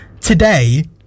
Today